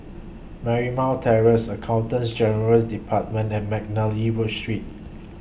Marymount Terrace Accountant General's department and Mcnally Street